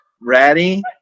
Ready